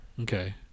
Okay